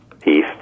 peace